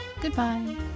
goodbye